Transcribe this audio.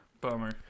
bummer